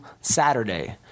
Saturday